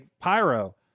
pyro